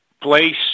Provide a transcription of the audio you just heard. place